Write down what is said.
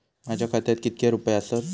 माझ्या खात्यात कितके रुपये आसत?